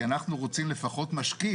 כי אנחנו רוצים לפחות משקיף.